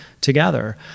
together